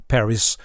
Paris